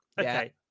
okay